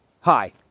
Hi